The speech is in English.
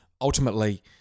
ultimately